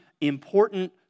important